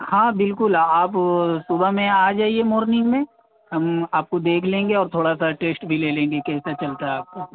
ہاں بالکل آپ صبح میں آ جائیے مارنگ میں ہم آپ کو دیکھ لیں گے اور تھوڑا سا ٹیسٹ بھی لے لیں گے کیسا چلتا ہے آپ کو